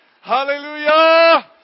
hallelujah